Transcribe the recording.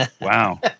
wow